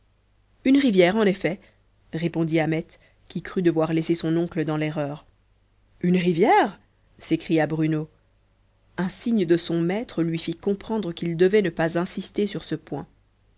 une rivière en effet répondit ahmet qui crut devoir laisser son oncle dans l'erreur une rivière s'écria bruno un signe de son maître lui fit comprendre qu'il devait ne pas insister sur ce point